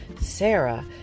Sarah